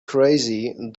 crazy